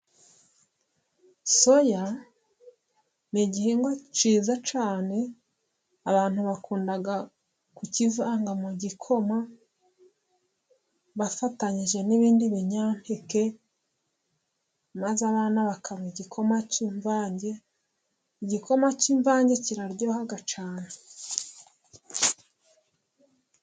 Soya ni igihingwa cyiza cyane. Abantu bakunda kukivanga mu gikoma bafatanyije n'ibindi binyampeke, maze abana bakanywa igikoma cy'imvange. Igikoma cy'imvange kiraryoha cyane.